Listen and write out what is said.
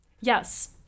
Yes